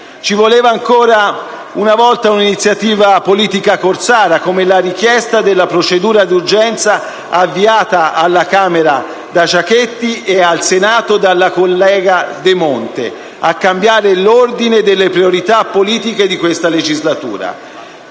Ci voleva ancora una volta un'iniziativa politica corsara, come la richiesta della procedura d'urgenza avviata alla Camera da Giachetti e al Senato dalla collega De Monte, a cambiare l'ordine delle priorità politiche di questa legislatura.